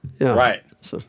Right